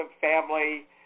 family